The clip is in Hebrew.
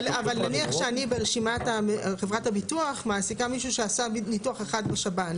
אבל נניח שחברת הביטוח מעסיקה מישהו שעשה ניתוח אחד בשב"ן,